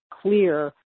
clear